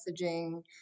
messaging